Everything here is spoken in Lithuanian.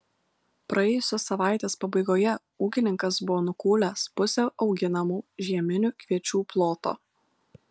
praėjusios savaitės pabaigoje ūkininkas buvo nukūlęs pusę auginamų žieminių kviečių ploto